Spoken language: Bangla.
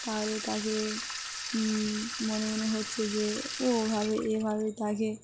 তাহলে তাকে মনে মনে হচ্ছে যে ওভাবে এভাবে তাকে